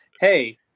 Hey